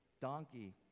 donkey